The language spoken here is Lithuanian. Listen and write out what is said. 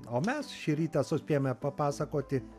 o mes šį rytą suspėjome papasakoti